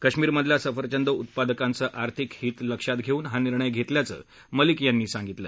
कश्मिरमधल्या सफरचंद उत्पादकांचं आर्थिक हित लक्षात घेऊन हा निर्णय घेतल्याचं मलिक यांनी सांगितलं